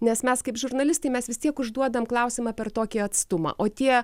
nes mes kaip žurnalistai mes vis tiek užduodam klausimą per tokį atstumą o tie